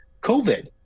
COVID